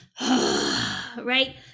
right